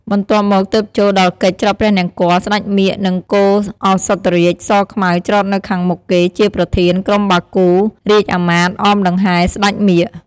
បន្ទាប់មកទើបចូលដល់កិច្ចច្រត់ព្រះនង្គ័ល ស្ដេចមាឃ និង គោឧសភរាជ សខ្មៅ ច្រត់នៅខាងមុខគេ ជាប្រធាន ក្រុមបាគូ រាជអាមាត្រ អមដង្ហែរ ស្ដេចមាឃ។